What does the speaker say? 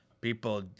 people